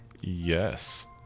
Yes